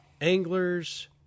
anglers